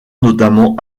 notamment